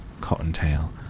Cottontail